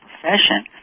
profession